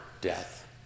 death